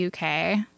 UK